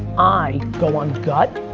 i go on gut,